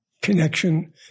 connection